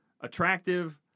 attractive